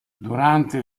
durante